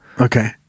Okay